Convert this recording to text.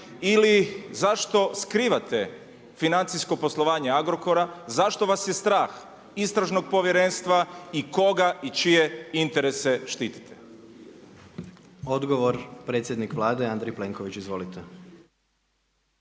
ili zašto skrivate financijsko poslovanje Agrokora, zašto vas je strah istražno povjerenstva i koga i čije interese štitite? **Jandroković, Gordan (HDZ)** Odgovor predsjednik Vlade, Andrej Plenković. Izvolite.